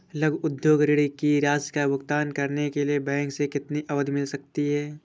लघु उद्योग ऋण की राशि का भुगतान करने के लिए बैंक से कितनी अवधि मिल सकती है?